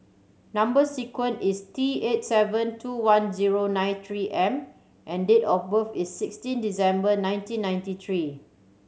number sequence is T eight seven two one zero nine Three M and date of birth is sixteen December nineteen ninety three